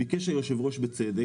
ביקש היושב-ראש בצדק